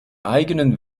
eigenen